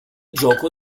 gioco